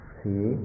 see